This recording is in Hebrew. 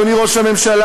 אדוני ראש הממשלה,